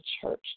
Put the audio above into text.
Church